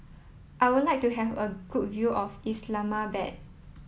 I would like to have a good view of Islamabad